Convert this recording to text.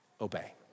Obey